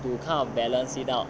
you kind of balance it out